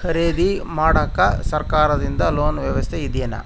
ಖರೇದಿ ಮಾಡಾಕ ಸರಕಾರದಿಂದ ಲೋನ್ ವ್ಯವಸ್ಥೆ ಇದೆನಾ?